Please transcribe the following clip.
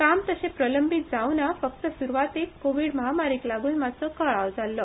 काम तशें प्रलंबीत जावंक ना फकत सुरवातीक कोवीड महामारीक लागून मातसो कळाव जाल्लो